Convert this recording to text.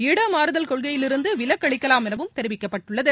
இடமாறுதல் கொள்கையிலிருந்து விலக்களிக்கலாம் எனவும் தெரிவிக்கப்பட்டுள்ளது